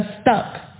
stuck